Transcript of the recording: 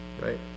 right